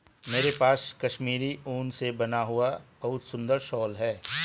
मेरे पास कश्मीरी ऊन से बना हुआ बहुत सुंदर शॉल है